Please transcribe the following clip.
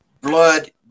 blood